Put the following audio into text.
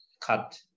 cut